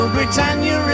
Britannia